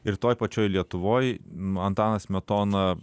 ir toj pačioj lietuvoj nu antanas smetona